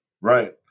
Right